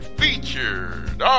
featured